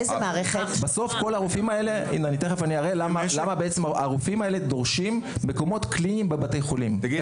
אני אראה תיכף למה הרופאים האלה דורשים מקומות קליניים בבתי חולים,